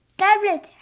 tablet